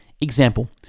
Example